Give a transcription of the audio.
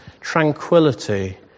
tranquility